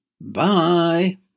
Bye